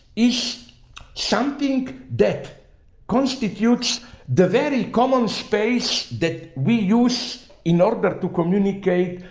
is something that constitutes the very common space that we use. in order but to communicate,